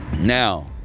now